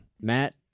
Matt